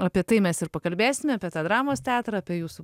apie tai mes ir pakalbėsime apie tą dramos teatrą apie jūsų